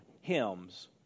hymns